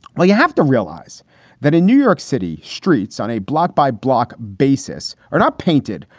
well, you have to realize that in new york city, streets on a block by block basis are not painted,